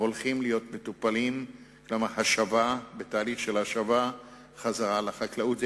הולכים להיות מטופלים בתהליך של השבה לחקלאות.